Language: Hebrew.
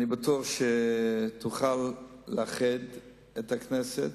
אני בטוח שתוכל לאחד את הכנסת,